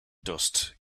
dust